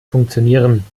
funktionieren